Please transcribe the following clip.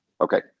okay